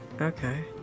Okay